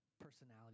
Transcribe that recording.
personality